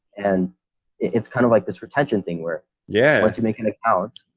and it's kind of like this retention thing where yeah, let's make an account.